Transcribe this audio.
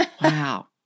Wow